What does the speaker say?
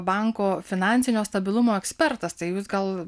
banko finansinio stabilumo ekspertas tai jūs gal